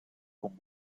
con